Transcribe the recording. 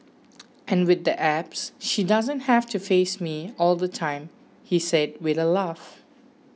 and with the apps she doesn't have to face me all the time he said with a laugh